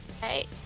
Hey